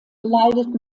leidet